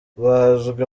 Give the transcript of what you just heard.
bazwi